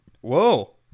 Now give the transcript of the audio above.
Whoa